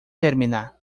terminar